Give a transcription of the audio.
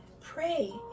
Pray